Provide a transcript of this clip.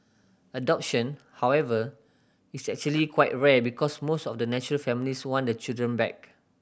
adoption however is actually quite rare because most of the natural families want the children back